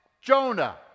Jonah